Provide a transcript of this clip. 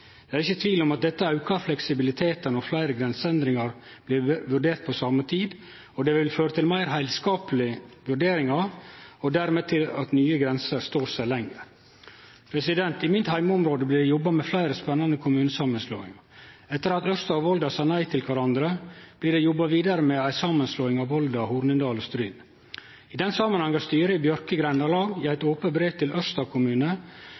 Det er ikkje tvil om at dette aukar fleksibiliteten når fleire grenseendringar blir vurderte på same tid, og at det vil føre til meir heilskaplege vurderingar og dermed til at nye grenser står seg lenger. I mitt heimeområde blir det jobba med fleire spennande kommunesamanslåingar. Etter at Ørsta og Volda sa nei til kvarandre, blir det jobba vidare med ei samanslåing av Volda, Hornindal og Stryn. I den samanhengen har styret i Bjørke grendalag i eit ope brev til Ørsta kommune